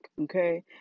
okay